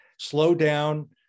slowdown